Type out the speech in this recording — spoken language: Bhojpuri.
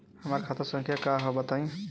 हमार खाता संख्या का हव बताई?